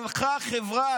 הלכה החברה,